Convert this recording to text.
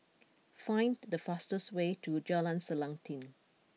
find the fastest way to Jalan Selanting